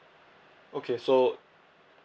okay so